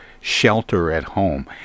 shelter-at-home